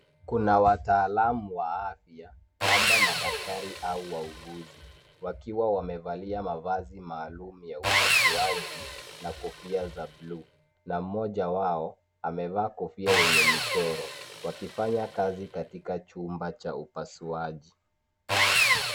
Kuna wataalamu wa afya ,labda madaktari au wauguzi, wakiwa wamevalia mavazi maalum ya upasuaji, na kofia za blue .Na mmoja wao amevaa kofia yenye michoro . wakifanya kazi katika chumba cha upasuaji.